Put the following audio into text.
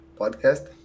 podcast